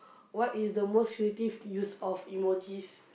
what is the most creative use of emojis